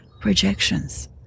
projections